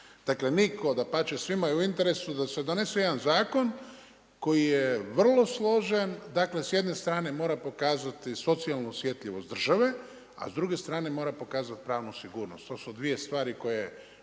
Dakle, nitko, da pače, svima je u interesu da se donese jedan zakon, koji je vrlo složen, dakle s jedne strane mora pokazati socijalnu osjetljivost države, a s druge strane mora pokazati pravnu sigurnosti. To su dvije stvari koje